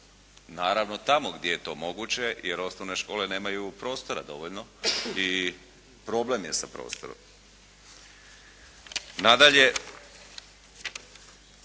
Naravno, tamo gdje je to moguće, jer osnovne škole nemaju prostora dovoljno i problem je sa prostorom. Nadalje,